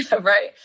right